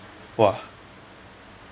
!wah!